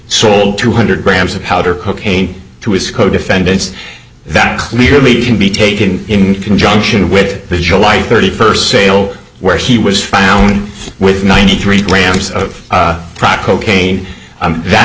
sold two hundred grams of powder cocaine to his co defendants that clearly can be taken in conjunction with the july thirty first sale where he was found with ninety three grams of crack cocaine that